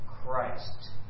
Christ